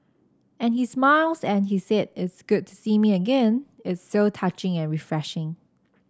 and he smiles and he says it's good to see me again it's so touching and refreshing